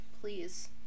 please